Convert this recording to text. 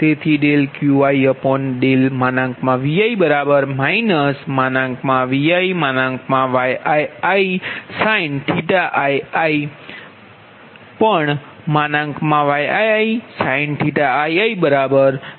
તેથી QiVi ViYiisin ii Qi પણ Yiisin ii Bii